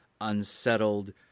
unsettled